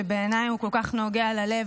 שבעיניי הוא כל כך נוגע ללב,